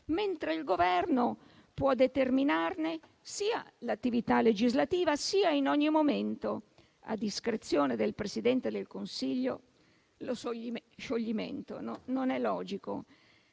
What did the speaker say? mentre il Governo può determinarne sia l'attività legislativa sia, in ogni momento, a discrezione del Presidente del Consiglio, lo scioglimento. Non è logico.